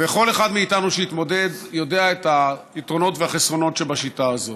וכל אחד מאיתנו שהתמודד יודע את היתרונות והחסרונות שבשיטה הזאת.